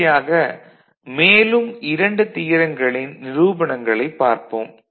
இறுதியாக மேலும் 2 தியரங்களின் நிரூபணங்களைப் பார்ப்போம்